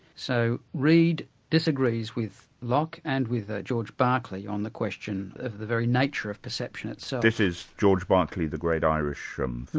so reid disagrees with locke and with ah george berkeley on the question of the very nature of perception itself. this is george berkeley, the great irish um philosopher?